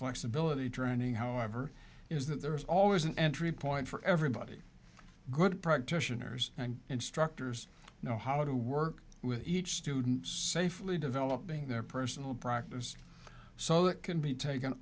flexibility training however is that there is always an entry point for everybody good practitioners and instructors know how to work with each student safely developing their personal practice so that can be taken